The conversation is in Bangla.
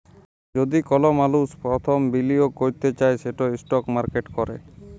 যদি কল মালুস পরথম বিলিয়গ ক্যরতে চায় সেট ইস্টক মার্কেটে ক্যরে